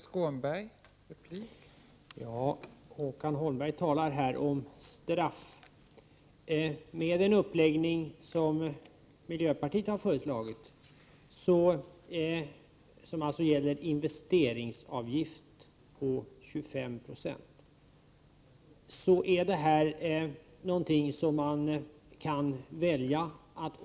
Fru talman! Håkan Holmberg talar om straffavgifter. Den uppläggning som vi i miljöpartiet har föreslagit — det gäller alltså en investeringsavgift om 25 0 av byggkostnaderna vid byggande på kontorsoch industrisidan — medger valmöjligheter.